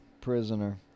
Prisoner